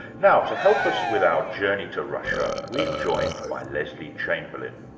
now to help us with our journey to russia, we're joined by lesley chamberlain.